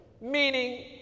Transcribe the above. Meaning